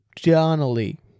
Donnelly